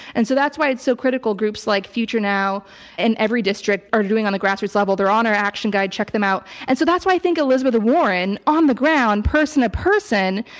and so that's why it's so critical groups like future now and every district are doing on the grassroots level they're on our action guide check them out. and so that's why i think elizabeth warren on the ground, person a person,